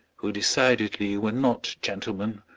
who decidedly were not gentlemen,